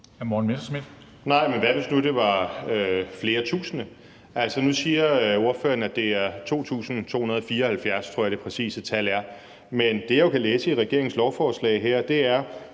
hvad nu hvis det var flere tusinde? Altså, nu siger ordføreren, at det er 2.274 – tror jeg det præcise tal er – men det, jeg jo kan læse i regeringens lovforslag her, er,